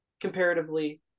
comparatively